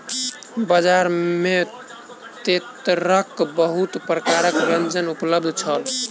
बजार में तेतैरक बहुत प्रकारक व्यंजन उपलब्ध छल